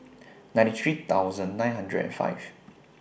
ninety three thousand nine hundred and five